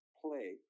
play